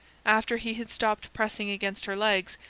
after he had stopped pressing against her legs,